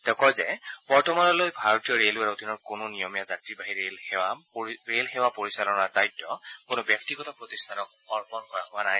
তেওঁ কয় যে বৰ্তমানলৈ ভাৰতীয় ৰে'লৱেৰ অধীনৰ কোনো নিয়মীয়া যাত্ৰীবাহীৰ ৰে'ল সেৱা পৰিচালনাৰ দায়িত্ব কোনো ব্যক্তিগত প্ৰতিষ্ঠানক অৰ্পণ কৰা হোৱা নাই